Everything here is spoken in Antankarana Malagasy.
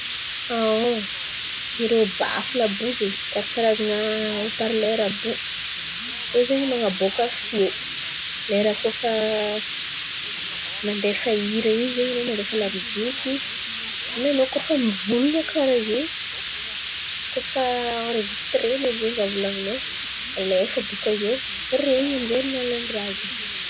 Irô bafla àby io zen̈y, karakarazana haiot parlera àby io. Irô zen̈y man̈aboaka feo lera izy kôa fa mandefa hira in̈y zen̈y ian̈ao mandefa lamiosik. n̈ay an̈ao kôa fa mivolan̈a karà io, kôa fa enregistrena zen̈y raha volan̈in̈ao alefa bôkà eo, ren̈y amin'jay amy ny alalan'n̈y raha zen̈y.